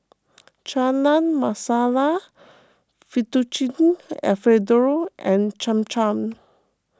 Chana Masala Fettuccine Alfredo and Cham Cham